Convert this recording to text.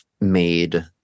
made